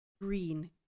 green